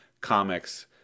comics